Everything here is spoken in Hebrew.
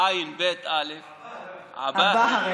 עבאהרה